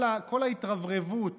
כל ההתרברבות